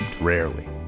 Rarely